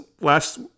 last